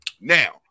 Now